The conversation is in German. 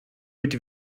mit